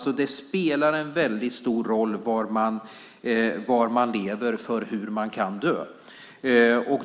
Det spelar stor roll var man lever för hur man kan dö.